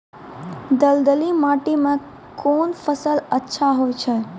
दलदली माटी म कोन फसल अच्छा होय छै?